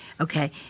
Okay